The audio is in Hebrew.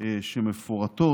שמפורטות